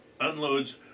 unloads